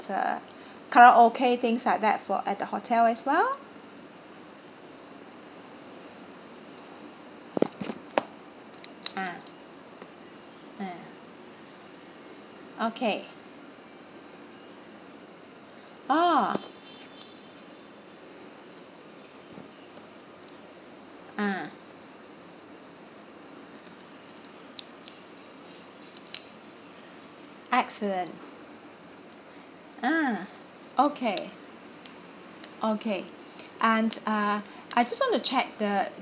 uh karaoke things like that for at the hotel as well ah ah okay orh ah excellent ah okay okay and uh I just want to check the